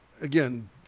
again